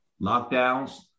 lockdowns